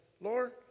Lord